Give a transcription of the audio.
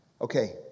Okay